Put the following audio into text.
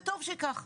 וטוב שכך,